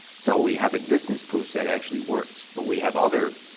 so we have existence proofs that it actually works. but we have other,